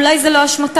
אולי זו לא אשמתן,